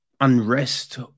Unrest